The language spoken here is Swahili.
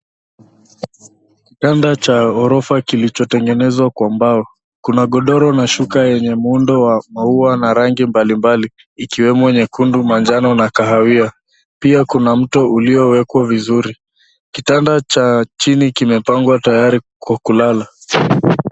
Kitanda cha ghorofa kilichotengenezwa kwa mbao. Kuna godoro na shuka yenye muundo wa maua na rangi mbalimbali ikiwemo nyekundu, manjano na kahawia. Pia kuna mto uliowekwa vizuri. Kitanda cha chini kimepangwa tayari kwa kulala.